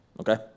Okay